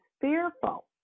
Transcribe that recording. fearful